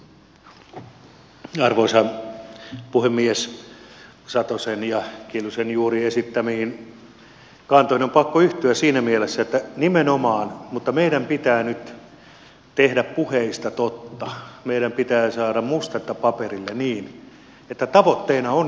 satosen ja kiljusen juuri esittämiin kantoihin on pakko yhtyä siinä mielessä että nimenomaan mutta meidän pitää nyt tehdä puheista totta meidän pitää saada mustetta paperille niin että tavoitteena on juuri tuo hallintorajojen keskeinen yhdistäminen